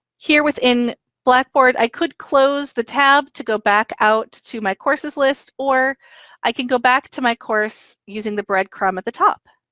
here within blackboard, i could close the tab to go back out to my courses list or i can go back to my course using the breadcrumb at the top,